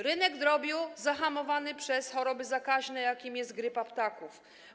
Rynek drobiu zahamowany przez chorobę zakaźną, jaką jest grypa ptaków.